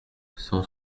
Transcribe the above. cent